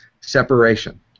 separation